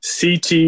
ct